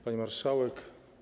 Pani Marszałek!